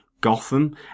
gotham